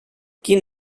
quin